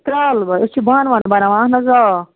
کرٛال وٲلۍ أسۍ چھِ بانہٕ وانہٕ بَناوان اَہَن حظ آ